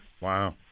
Wow